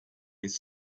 this